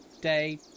day